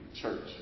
church